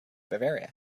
bavaria